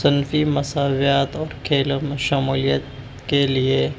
صنفی مصولیات اور کھیلوں میں شمولیت کے لیے